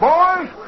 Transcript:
Boys